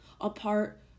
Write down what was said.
apart